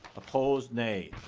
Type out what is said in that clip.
opposed nay.